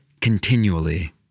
continually